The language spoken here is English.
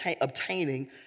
obtaining